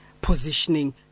positioning